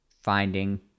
finding